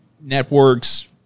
networks